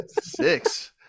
Six